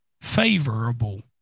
favorable